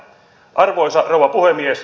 arvoisa rouva puhemies